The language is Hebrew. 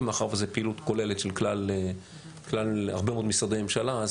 מאחר שזאת פעילות כוללת של הרבה מאוד משרדי ממשלה.